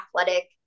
athletic